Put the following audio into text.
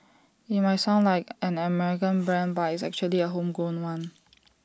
IT might sound like an American brand but it's actually A homegrown one